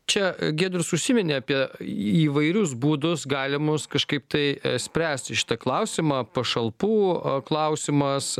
čia giedrius užsiminė apie įvairius būdus galimus kažkaip tai spręsti šitą klausimą pašalpų klausimas